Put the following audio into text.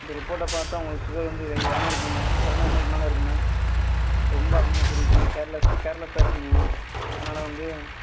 இந்த ரிப்போர்ட்டை பார்த்தா உங்களுக்கு சுகர் வந்து இரநூறுக்கு இரநூறு எம்எல்லுக்கு மேலே இருக்குது மேம் ரொம்ப அதிகமாக கூடிடுச்சி கேர்லஸ் கேர்லஸ்ஸாக இருக்கிங்க மேம் அதனால் வந்து